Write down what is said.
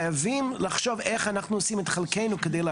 חייבים לחשוב איך אנחנו עושים את חלקנו על מנת